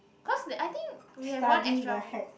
cause that I think we have one extra week